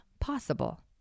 possible